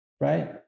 right